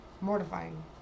mortifying